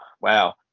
Wow